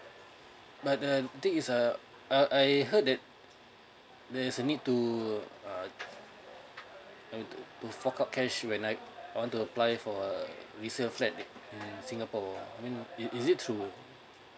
but uh there is uh uh I heard that there is a need to uh to fork out cash when I want to apply for resale flat in singapore I mean it is it true